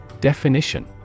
Definition